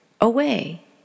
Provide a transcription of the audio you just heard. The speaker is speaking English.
away